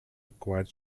required